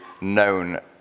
known